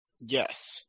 Yes